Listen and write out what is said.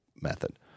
method